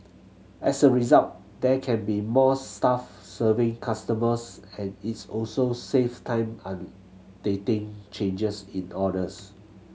as a result there can be more staff serving customers and it's also saves time an dating changes in orders